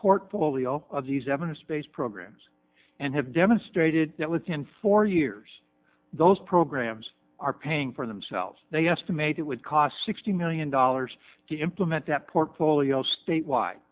portfolio of these seven space programs and have demonstrated that within four years those programs are paying for themselves they estimate it would cost sixty million dollars to implement that portfolio state